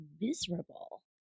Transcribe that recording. miserable